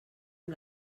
amb